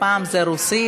הפעם זה רוסית,